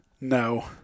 no